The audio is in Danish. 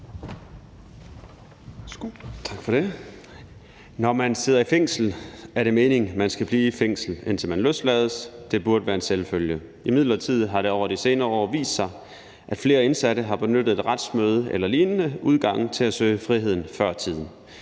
Når man sidder i fængsel, er det meningen, at man skal blive i fængslet, indtil man løslades – det burde være en selvfølge. Imidlertid har det over de senere år vist sig, at flere indsatte har benyttet et retsmøde eller lignende udgang til at søge friheden før tiden.